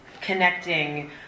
connecting